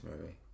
movie